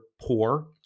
poor